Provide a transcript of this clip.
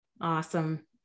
Awesome